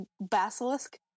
basilisk